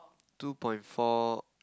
two point four